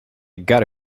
gotta